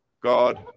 God